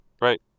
Right